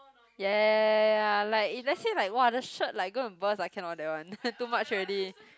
ya ya ya ya ya ya like if let's say !wah! the shirt like going to burst I cannot that one too much already